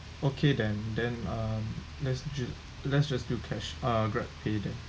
okay then then um let's just let's just do cash uh grabpay then